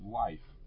life